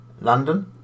London